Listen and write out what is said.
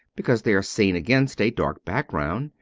because they are seen against a dark background,